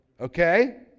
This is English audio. Okay